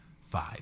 Five